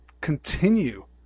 continue